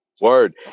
Word